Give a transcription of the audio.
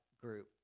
group